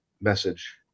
message